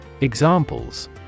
Examples